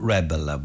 Rebel